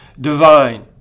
divine